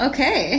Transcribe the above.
Okay